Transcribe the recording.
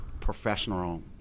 professional